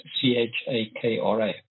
C-H-A-K-R-A